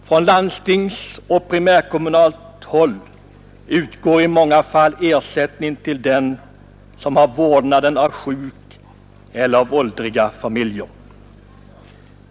Från landstingshåll och från primärkommunalt håll utgår i många fall ersättning till dem som har vårdnaden av sjuk eller av åldriga familjer.